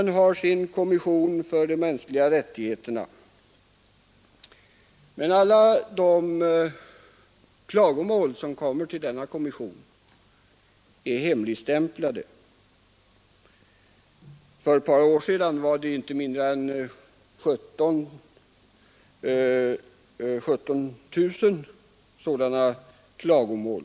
FN har sin kommission för de mänskliga rättigheterna, men alla klagomål som kommer till denna kommission är hemligstämplade. För ett par år sedan var det inte mindre än 17 000 sådana klagomål.